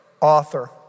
author